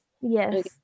Yes